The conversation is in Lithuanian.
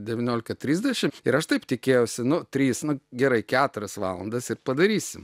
devyniolika trisdešim ir aš taip tikėjausi nu tris nu gerai keturias valandas ir padarysim